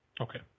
Okay